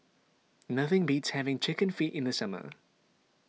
nothing beats having Chicken Feet in the summer